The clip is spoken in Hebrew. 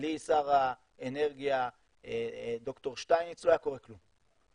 בלי שר האנרגיה ד"ר שטייניץ לא היה קורה כלום.